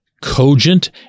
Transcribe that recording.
cogent